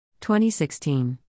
2016